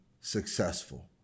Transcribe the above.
successful